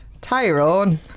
Tyrone